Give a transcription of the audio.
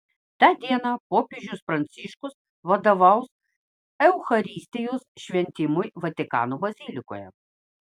tą dieną popiežius pranciškus vadovaus eucharistijos šventimui vatikano bazilikoje